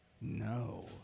no